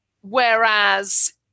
whereas